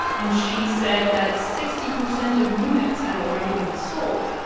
and she said that sixty percent of units had already been sold.